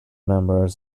members